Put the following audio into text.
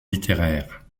littéraires